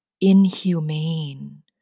inhumane